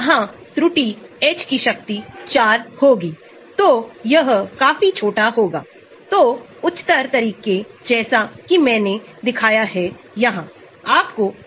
जब आप पैरा में CH3 प्रकार के समूह के लिए नीचे जाते हैं तो यहां आपके पास बहुत कम dissociation constant हो सकता हैजैसा कि आप देख सकते हैं